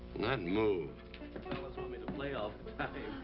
move. the fellas want me to play all